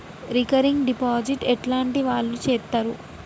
Recurring deposit ఎట్లాంటి వాళ్లు చేత్తరు?